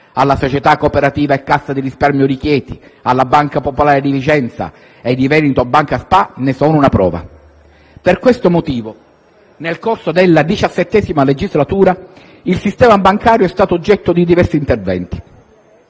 alla Società cooperativa e Cassa di risparmio di Chieti, alla Banca Popolare di Vicenza e di Veneto Banca ne sono una prova. Per questo motivo, nel corso della XVII legislatura, il sistema bancario è stato oggetto di diversi interventi.